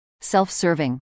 self-serving